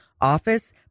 office